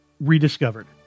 rediscovered